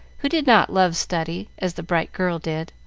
who did not love study as the bright girl did,